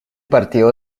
partido